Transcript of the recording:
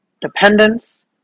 dependence